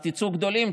אז תצאו גדולים,